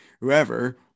whoever